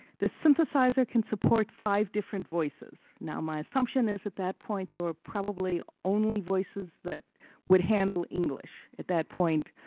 the synthesizer can support five different voices. now my assumption is at that point they were probably only voices that would handle english. at that point,